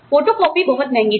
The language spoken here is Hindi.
फोटोकॉपी बहुत महंगी थी